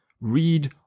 read